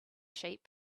sheep